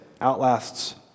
outlasts